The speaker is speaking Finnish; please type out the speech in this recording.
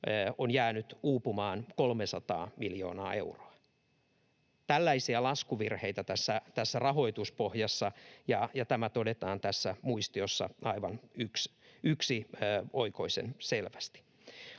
on jäänyt uupumaan 300 miljoonaa euroa. Tällaisia laskuvirheitä on tässä rahoituspohjassa, ja tämä todetaan tässä muistiossa aivan yksioikoisen selvästi.